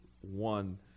one